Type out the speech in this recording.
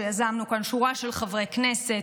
שיזמנו כאן שורה של חברי כנסת,